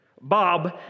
Bob